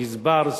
גזבר,